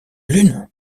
lune